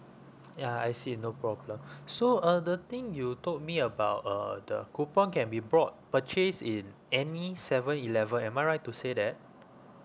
ya I see no problem so uh the thing you told me about uh the coupon can be bought purchased in any seven eleven am I right to say that